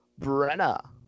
brenna